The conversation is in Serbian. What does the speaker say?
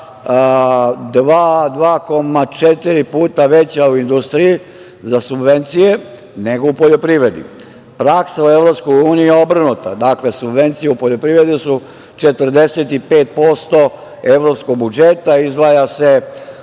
2,4 puta veća u industriji za subvencije nego u poljoprivredi. Praksa u EU je obrnuta. Subvencije u poljoprivredi su 45% evropskog budžeta, izdvaja se